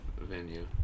venue